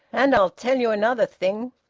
and i'll tell you another thing,